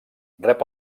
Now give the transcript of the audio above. rep